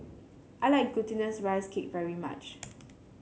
I like Glutinous Rice Cake very much